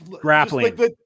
grappling